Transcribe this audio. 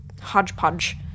hodgepodge